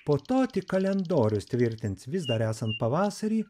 po to tik kalendorius tvirtins vis dar esant pavasarį